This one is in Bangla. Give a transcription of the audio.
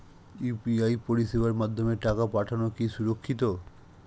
ইউ.পি.আই পরিষেবার মাধ্যমে টাকা পাঠানো কি সুরক্ষিত?